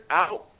out